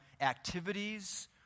activities